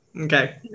Okay